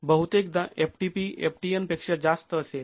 बहुतेकदा ftp ftnपेक्षा जास्त असेल